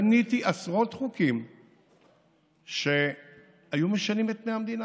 בניתי עשרות חוקים שהיו משנים את פני המדינה.